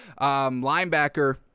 linebacker